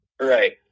Right